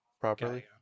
properly